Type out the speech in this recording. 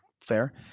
fair